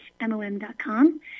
M-O-M.com